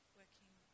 working